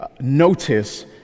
notice